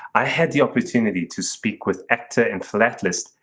i had the opportunity to speak with actor, and philatelist,